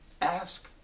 ask